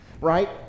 right